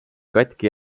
katki